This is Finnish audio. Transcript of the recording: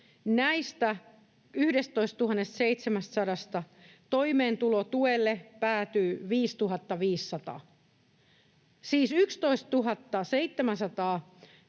näistä 11 700:sta toimeentulotuelle päätyy 5 500. Siis 11 700